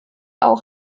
auch